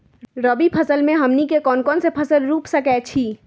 रबी फसल में हमनी के कौन कौन से फसल रूप सकैछि?